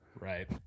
Right